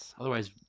otherwise